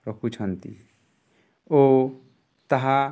ରଖୁଛନ୍ତି ଓ ତାହା